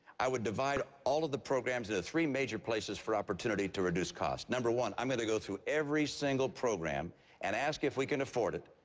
i would divide all of the programs into three major places for opportunity to reduce costs. number one, i'm going to go through every single program and ask if we can afford it.